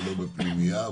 ולא בפנימייה,